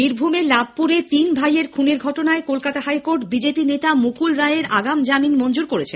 বীরভূমের লাভপুরে তিন ভাইয়ের খুনের ঘটনায় কলকাতা হাইকোর্ট বিজেপি নেতা মুকুল রায়ের আগাম জামিন মঞ্জুর করেছে